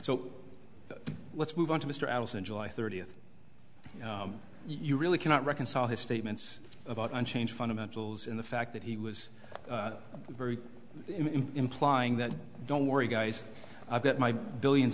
so let's move on to mr allison july thirtieth you really cannot reconcile his statements about unchanged fundamentals in the fact that he was very implausible that don't worry guys i've got my billions